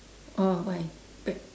oh why